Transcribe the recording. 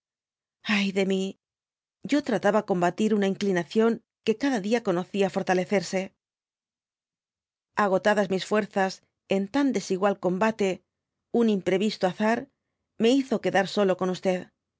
hay de mi yo trataba combatir una inclinación que cada dia conocia fortalecerse agotadas mis fuerzas en tan desigual combate un imprevisto bazar me hizo quedar solo con